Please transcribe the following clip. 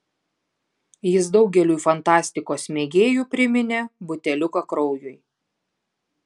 jis daugeliui fantastikos mėgėjų priminė buteliuką kraujui